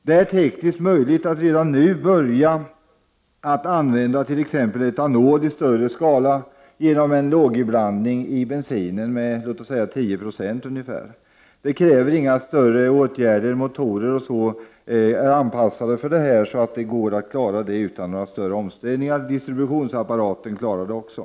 Det är tekniskt möjligt att redan nu börja använda t.ex. etanol i större skala genom en låginblandning i bensinen med ungefär 10 96. Det krävs inga större åtgärder, eftersom motorerna är anpassade till det. Det går att klara detta utan större omställningar. Distributionsapparaten klarar det också.